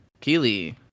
Keely